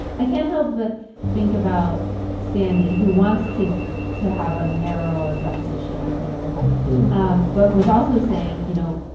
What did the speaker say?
i can't help but think about sandy who wants to to have a narrower definition here um but was also saying, you know,